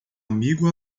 amigo